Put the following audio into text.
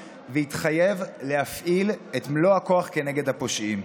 והתחייב להפעיל את מלוא הכוח כנגד הפושעים.